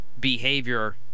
behavior